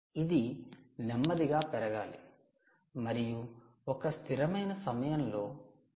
ఇది నెమ్మదిగా పెరగాలి మరియు ఒక స్థిరమైన సమయంలో ఇది Vout 3